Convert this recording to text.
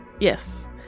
yes